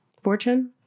Fortune